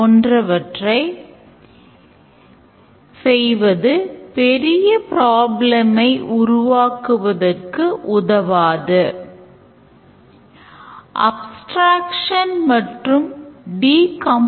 ஒவ்வொரு செமஸ்டருக்கும்மாணவர் courses ஐக் கைவிடுவதற்கு அனுமதிக்க ஒரு கால அவகாசம் உள்ளது